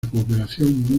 cooperación